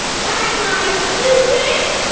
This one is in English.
pack my suitcase?